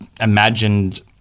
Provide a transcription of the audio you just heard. imagined